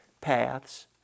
paths